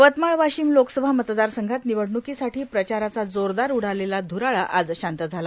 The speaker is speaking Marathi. यवतमाळ वार्गांशम लोकसभा मतदारसंघात र्गिवडणुकांसाठी प्रचाराचा जोरदार उडालेला ध्राळा आज शांत झाला